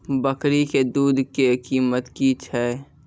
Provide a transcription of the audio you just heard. बकरी के दूध के कीमत की छै?